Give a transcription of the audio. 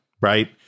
right